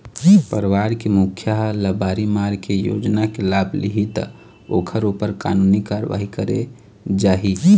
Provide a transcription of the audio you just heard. परवार के मुखिया ह लबारी मार के योजना के लाभ लिहि त ओखर ऊपर कानूनी कारवाही करे जाही